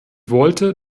wollte